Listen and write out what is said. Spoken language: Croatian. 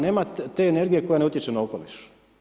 Nema te energije koja ne utječe na okoliš.